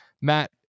Matt